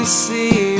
see